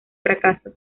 fracaso